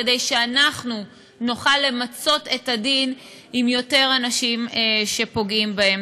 כדי שאנחנו נוכל למצות את הדין עם יותר אנשים שפוגעים בהם,